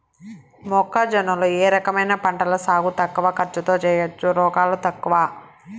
మొక్కజొన్న లో ఏ రకమైన పంటల సాగు తక్కువ ఖర్చుతో చేయచ్చు, రోగాలు తక్కువ?